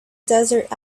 desert